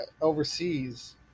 overseas